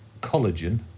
collagen